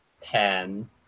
pen